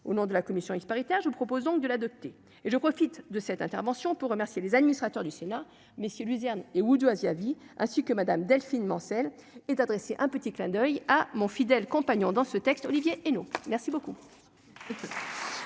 au nom de la commission il paritaire, je vous propose donc de l'adopter et je profite de cette intervention pour remercier les administrateurs du Sénat messieurs luzerne Asia vie ainsi que Madame Delphine Mancel et t'adresser un petit clin d'oeil à mon fidèle compagnon dans ce texte, Olivier et non merci beaucoup.